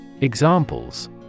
Examples